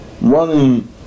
running